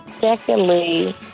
Secondly